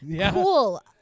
cool